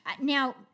now